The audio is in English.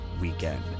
Weekend